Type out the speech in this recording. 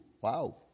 wow